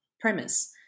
premise